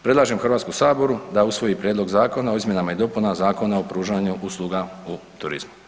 Predlažem HS da usvoji Prijedlog zakona o izmjenama i dopunama Zakona o pružanju usluga u turizmu.